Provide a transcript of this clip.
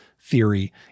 theory